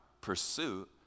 pursuit